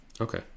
Okay